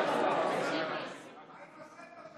מה עם הספר שחיברת?